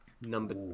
Number